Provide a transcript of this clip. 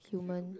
human